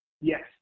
Yes